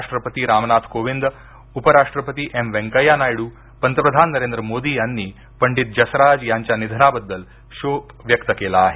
राष्ट्रपती रामनाथ कोविंद उपराष्ट्रपती एम व्यंकय्या नायडू पंतप्रधान नरेंद्र मोदी यांनी पंडीत जसराज यांच्या निधनाबद्दल शोक व्यक्त केला आहे